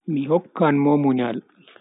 Mi hokkan mo munyal.